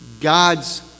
God's